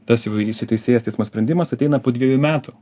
tas jau įsiteisėjęs teismo sprendimas ateina po dviejų metų